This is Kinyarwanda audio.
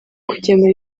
kugemura